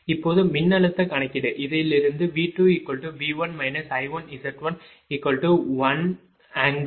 இப்போது மின்னழுத்தக் கணக்கீடு இதிலிருந்து V2V1 I1Z11∠0° 0